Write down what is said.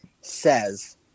says